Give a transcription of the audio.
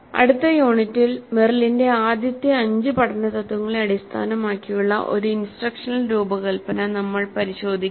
അടുത്ത യൂണിറ്റിൽ മെറിലിന്റെ ആദ്യത്തെ അഞ്ച് പഠന തത്വങ്ങളെ അടിസ്ഥാനമാക്കിയുള്ള ഒരു ഇൻസ്ട്രക്ഷണൽ രൂപകൽപ്പന നമ്മൾ പരിശോധിക്കും